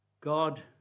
God